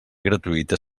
gratuïta